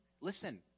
listen